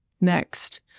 next